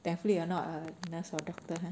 definitely you are not a nurse or doctor uh